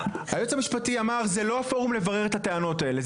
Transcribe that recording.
היועץ המשפטי אמר שזה לא הפורום לברר את הטענות האלה,